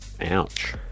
Ouch